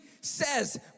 says